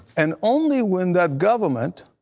and only when that government